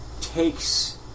takes